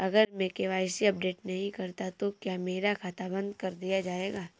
अगर मैं KYC update नहीं करता तो क्या मेरा खाता बंद कर दिया जाएगा?